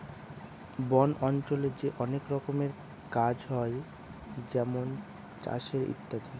বন অঞ্চলে যে অনেক রকমের কাজ হয় যেমন চাষের ইত্যাদি